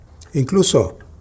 incluso